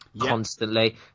constantly